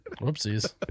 Whoopsies